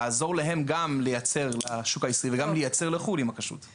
לעזור להם גם לייצר לשוק הישראלי וגם לייצר לחו"ל עם הכשרות הזאת.